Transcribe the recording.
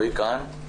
אין לי